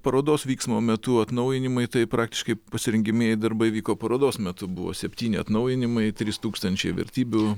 parodos vyksmo metu atnaujinimai tai praktiškai pasirengiamieji darbai vyko parodos metu buvo septyni atnaujinimai trys tūkstančiai vertybių